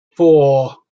four